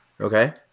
Okay